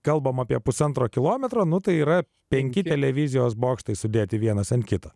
kalbame apie pusantro kilometro nu tai yra penki televizijos bokštai sudėti vienas ant kito